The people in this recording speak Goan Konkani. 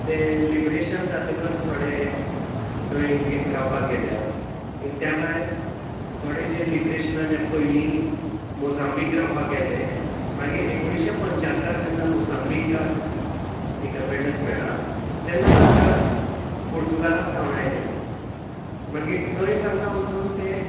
ते लिबरेशन जातकर थोडे थंय रावपाक गेल्यात आनी त्या भायर थोडे जे लिबरेशनाच्या पयलीं मोसांबीक रावपाक गेल्ले मागीर एकुणशे पंचात्तर जेन्ना मोसांबीकाक इंडपेन्डन्स मेळ्ळां तेन्ना तांकां पुर्तुगालाक धांवडायले मागीर तांकां वचून ते